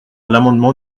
l’amendement